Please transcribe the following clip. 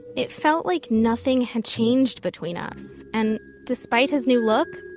it felt like nothing had changed between us, and despite his new look,